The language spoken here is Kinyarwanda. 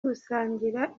gusangira